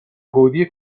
گودی